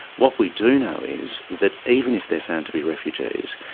what we do know is, that even if they're found to be refugees,